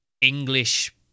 English